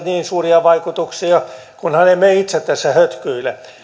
niin suuria vaikutuksia kunhan emme itse tässä hötkyile